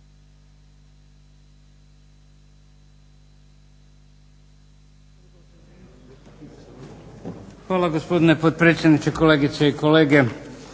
Hvala gospodine potpredsjedniče, kolegice i kolege.